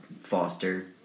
Foster